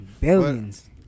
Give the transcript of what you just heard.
billions